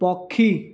ପକ୍ଷୀ